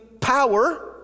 power